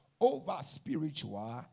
over-spiritual